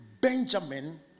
Benjamin